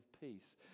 peace